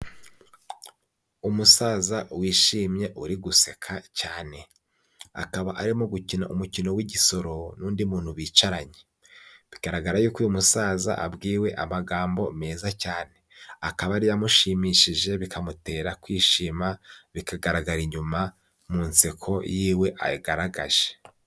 Umusaza wishimye uri guseka cyane. Akaba arimo gukina umukino w'igisoro n'undi muntu bicaranye. Bigaragara yuko uyu musaza abwiwe amagambo meza cyane. Akaba ari yo amushimishije bikamutera kwishima, bikagaragara inyuma mu nseko yiwe agaragaje.